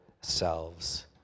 selves